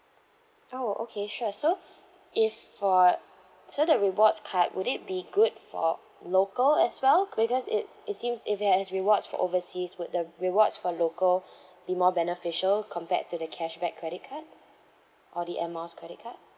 oh okay sure so if for so the rewards card would it be good for local as well because it it seems if it has rewards for overseas would the rewards for local be more beneficial compared to the cashback credit card or the air miles credit card